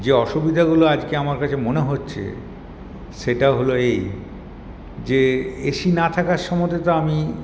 যে অসুবিধাগুলো আজকে আমার কাছে মনে হচ্ছে সেটা হল এই যে এসি না থাকার সময়তে তো আমি